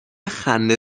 خنده